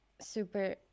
super